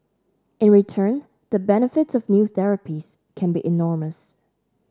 in return the benefits of new therapies can be enormous